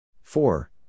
four